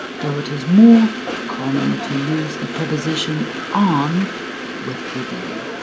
though it is more common to use the preposition on with the day.